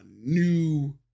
new